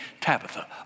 Tabitha